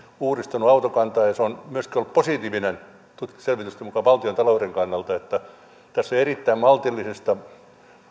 uudistanut autokantaa ja se on myöskin ollut positiivista selvitysten mukaan valtiontalouden kannalta tässä on erittäin maltillisista